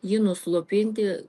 jį nuslopinti